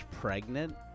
pregnant